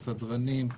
סדרנים,